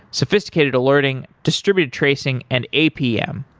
sophisticated alerting, distributed tracing and apm.